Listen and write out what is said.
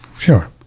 sure